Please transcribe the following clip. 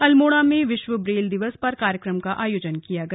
अल्मोड़ा में विश्व ब्रेल दिवस पर कार्यक्रम का आयोजन किया गया